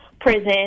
prison